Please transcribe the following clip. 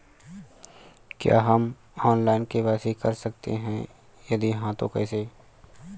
क्या हम online KYC कर सकते हैं यदि हाँ तो कैसे?